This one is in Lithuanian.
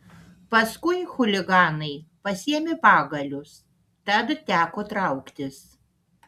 paskui chuliganai pasiėmė pagalius tad teko trauktis